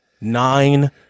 nine